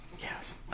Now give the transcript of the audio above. yes